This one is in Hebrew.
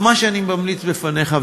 אז מה שאני ממליץ בפניך,